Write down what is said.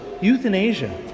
euthanasia